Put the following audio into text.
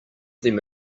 them